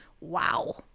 wow